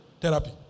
Therapy